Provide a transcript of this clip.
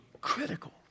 critical